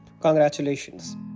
congratulations